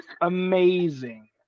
Amazing